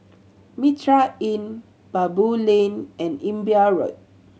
Mitraa Inn Baboo Lane and Imbiah Road